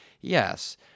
yes